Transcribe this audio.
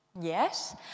Yes